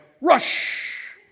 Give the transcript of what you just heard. rush